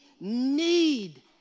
need